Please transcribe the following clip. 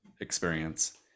experience